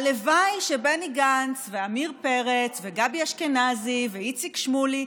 הלוואי שבני גנץ ועמיר פרץ וגבי אשכנזי ואיציק שמולי,